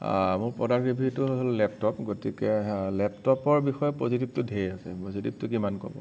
মোৰ প্ৰডাক্ট ৰিভিউটো হ'ল লেপটপ গতিকে লেপটপৰ বিষয়ে পজিটিভটো ধেৰ আছে পজিটিভটো কিমান ক'ব